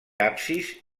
absis